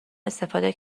استفاده